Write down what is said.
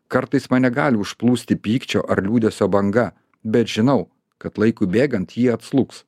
kartais mane gali užplūsti pykčio ar liūdesio banga bet žinau kad laikui bėgant ji atslūgs